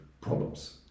problems